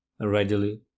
readily